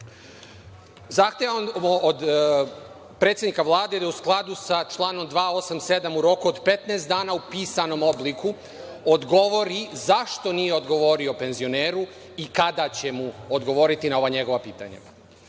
Delić. Zahtevam od predsednika Vlade da, u skladu sa članom 287, u roku od 15 dana, u pisanom obliku, odgovori zašto nije odgovorio penzioneru i kada će mu odgovoriti na ova njegova pitanja. Drugo